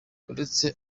uretse